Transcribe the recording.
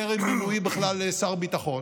טרם מינויי בכלל לשר ביטחון,